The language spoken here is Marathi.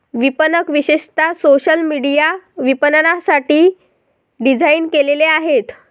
विपणक विशेषतः सोशल मीडिया विपणनासाठी डिझाइन केलेले आहेत